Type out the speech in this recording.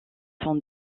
son